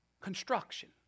Construction